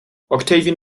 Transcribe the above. octavian